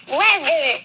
weather